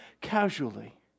casually